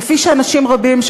כפי שאנשים רבים,